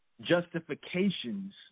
justifications